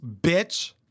bitch